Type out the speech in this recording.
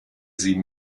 sie